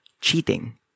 cheating